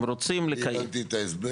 אם רוצים לקיים --- אני הבנתי את ההסבר.